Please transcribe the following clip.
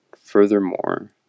furthermore